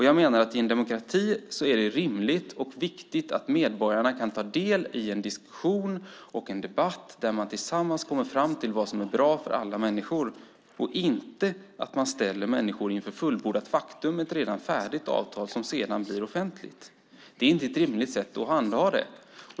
Jag menar att det i en demokrati är rimligt och viktigt att medborgarna kan ta del av en diskussion och en debatt där man tillsammans kommer fram till vad som är bra för alla människor, inte att man ställer människor inför fullbordat faktum med ett redan färdigt avtal som sedan blir offentligt. Det är inte ett rimligt sätt att handha det.